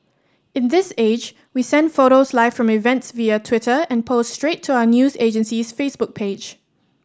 in this age we send photos live from events via Twitter and post straight to our news agency's Facebook page